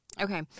okay